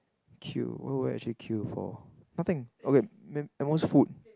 qeue what will I actually qeue for nothing okay at most food